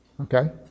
Okay